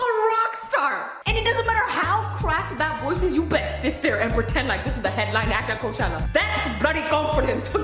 rockstar and it doesn't matter how cracked voice is, you better sit there and pretend like this is the headline act at coachella. that's bloody confidence but